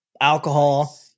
alcohol